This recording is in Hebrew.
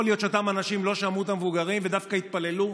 יכול להיות שאותם אנשים לא שמעו את המבוגרים ודווקא התפללו,